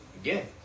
Again